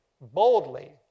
boldly